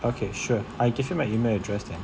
okay sure I give you my email address then